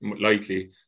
likely